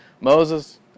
Moses